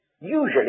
usually